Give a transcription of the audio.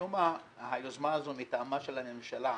ומשום מה היוזמה הזו מטעמה של הממשלה